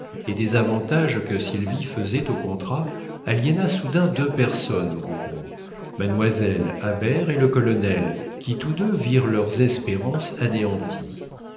et des avantages que sylvie faisait au contrat aliéna soudain deux personnes aux rogron mademoiselle habert et le colonel qui tous deux virent leurs espérances anéanties